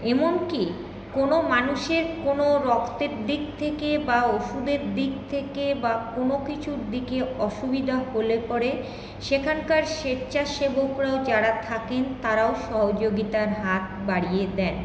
এমনকি কোনো মানুষের কোনো রক্তের দিক থেকে বা ওষুধের দিক থেকে বা কোনো কিছুর দিকে অসুবিধা হলে পরে সেখানকার স্বেচ্ছাসেবকরা যারা থাকেন তারাও সহযোগীতার হাত বাড়িয়ে দেন